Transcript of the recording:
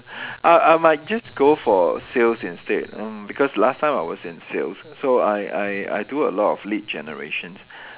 I I might just go for sales instead mm because last time I was in sales so I I I do a lot of lead generations